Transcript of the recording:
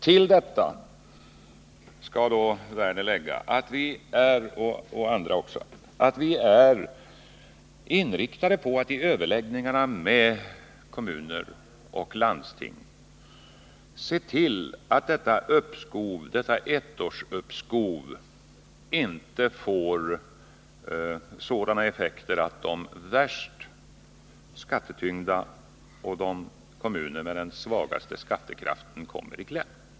Till detta skall Lars Werner och andra lägga att vi är inriktade på att vid överläggningarna med kommuner och landsting se till att detta uppskov, detta ettårsuppskov, inte får sådana effekter att de värst skattetyngda kommunerna, kommuner med den svagaste skattekraften, kommer i kläm.